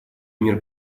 мир